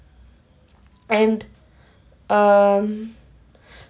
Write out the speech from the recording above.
and um